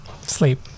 sleep